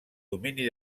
domini